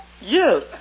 Yes